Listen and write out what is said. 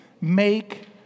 make